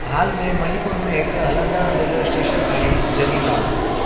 हाल में मणिपुर में हिकु हलंदड़ु रेलवे स्टेशन आहे जरीबाम